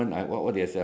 hello